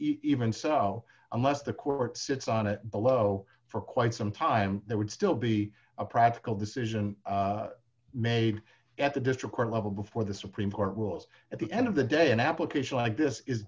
even sell unless the court sits on it below for quite some time there would still be a practical decision made at the district court level before the supreme court rules at the end of the day an application like this is